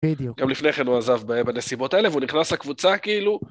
בדיוק. גם לפני כן הוא עזב בנסיבות האלה והוא נכנס לקבוצה כאילו